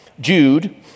Jude